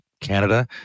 Canada